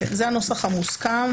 זה הנוסח המוסכם,